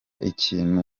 ikintu